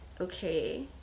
okay